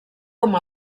com